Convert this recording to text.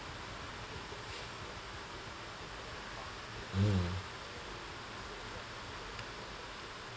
mmhmm